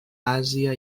àsia